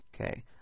Okay